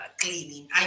Cleaning